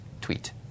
tweet